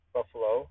Buffalo